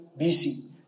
BC